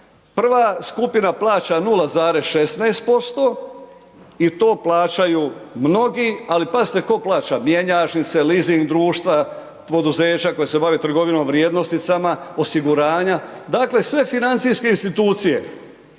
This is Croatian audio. Prva skupina plaća 0,16% i to plaćaju mnogi, ali pazite tko plaća, mjenjačnice, leasing društva, poduzeća koja se bave trgovinom vrijednosnicama, osiguranja, dakle, sve financijske institucije,